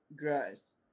dress